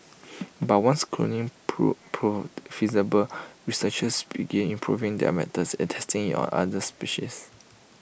but once cloning prove proved feasible researchers began improving their methods and testing IT on other species